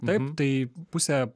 taip tai pusė